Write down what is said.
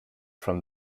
from